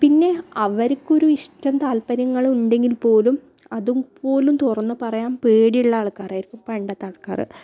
പിന്നെ അവർക്കൊരു ഇഷ്ടം താല്പര്യങ്ങളും ഉണ്ടെങ്കിൽ പോലും അതും പോലും തുറന്ന് പറയാൻ പേടിയുള്ള ആൾക്കാരായിരിക്കും പണ്ടത്തെ ആൾക്കാർ